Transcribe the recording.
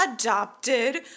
adopted